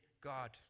God